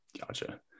Gotcha